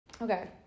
okay